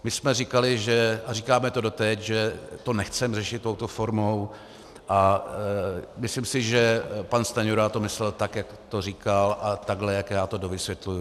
My jsme říkali a říkáme to doteď, že to nechceme řešit touto formou, a myslím si, že pan Stanjura to myslel tak, jak to říkal, a takhle, jak já to dovysvětluji.